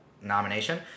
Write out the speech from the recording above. nomination